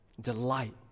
delight